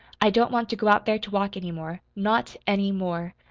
i don't want to go out there to walk any more not any more!